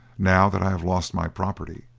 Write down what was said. now that i have lost my property.